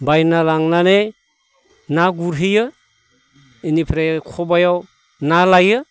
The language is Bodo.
बायना लांनानै ना गुरहैयो इनिफ्राय खबायाव ना लायो